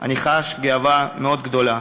אני חש גאווה מאוד גדולה,